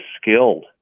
skilled